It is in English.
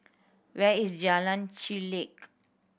where is Jalan Chulek